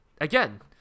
...again